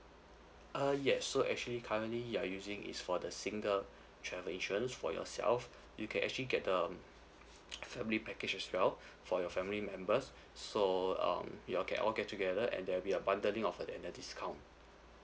uh yes so actually currently you are using is for the single travel insurance for yourself you can actually get the um family package as well for your family members so um you all get all get together and there will be a bundle linked of another discount